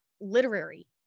literary